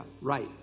right